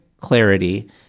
clarity